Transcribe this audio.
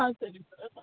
ادسا